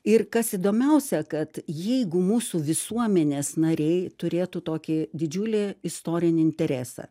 ir kas įdomiausia kad jeigu mūsų visuomenės nariai turėtų tokį didžiulį istorinį interesą